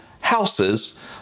houses